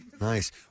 Nice